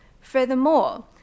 Furthermore